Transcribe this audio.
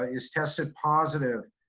ah is tested positive,